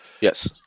Yes